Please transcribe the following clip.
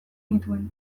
nituen